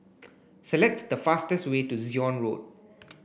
Select the fastest way to Zion Road